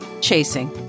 chasing